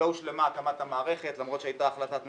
לא הושלמה הקמת המערכת למרות שהייתה החלטת ממשלה.